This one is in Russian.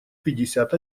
пятьдесят